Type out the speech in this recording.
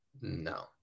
no